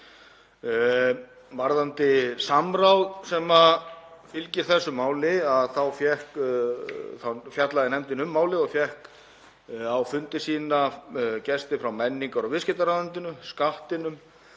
Varðandi samráð sem fylgir þessu máli þá fjallaði nefndin um málið og fékk á fundi sína gesti frá menningar- og viðskiptaráðuneytinu, Skattinum,